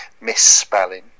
misspelling